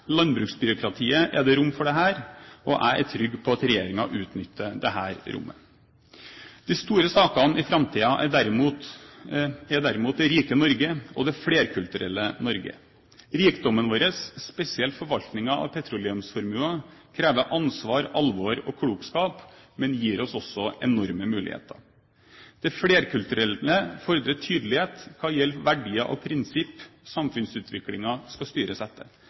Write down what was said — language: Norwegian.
landbruksbyråkratiet, er det rom for dette. Jeg er trygg på at regjeringen utnytter dette rommet. De store sakene i framtiden er derimot det rike Norge og det flerkulturelle Norge. Rikdommen vår, spesielt forvaltningen av petroleumsformuen, krever ansvar, alvor og klokskap, men gir oss også enorme muligheter. Det flerkulturelle fordrer tydelighet hva gjelder hvilke verdier og prinsipp samfunnsutviklingen skal styres etter.